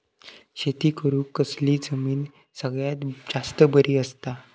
शेती करुक कसली जमीन सगळ्यात जास्त बरी असता?